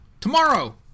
Tomorrow